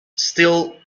still